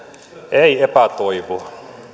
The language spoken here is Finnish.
ei epätoivoa